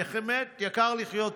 באמת יקר לחיות פה.